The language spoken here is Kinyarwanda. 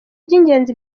by’ingenzi